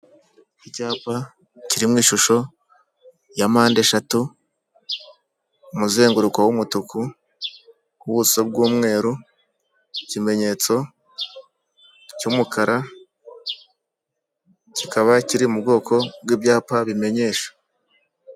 Icyapa kiri mu ishusho ya mpandeshatu, umuzenguruko w'umutuku, ubuso bw'umweru, ikimenyetso cy'umukara, kikaba kiri mu bwoko bw'ibyapa bimenyesha.